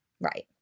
Right